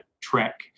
track